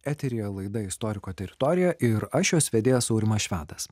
eteryje laida istoriko teritorija ir aš jos vedėjas aurimas švedas